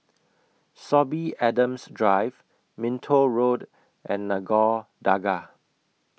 Sorby Adams Drive Minto Road and Nagore Dargah